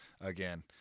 again